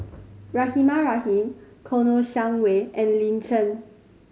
Rahimah Rahim Kouo Shang Wei and Lin Chen